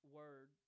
word